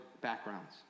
backgrounds